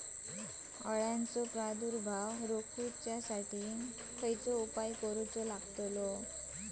अळ्यांचो प्रादुर्भाव रोखुक उपाय कसो करूचो?